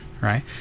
right